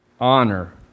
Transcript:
honor